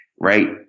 Right